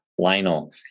Lionel